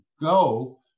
go